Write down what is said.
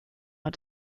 are